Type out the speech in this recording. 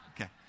Okay